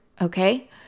okay